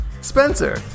Spencer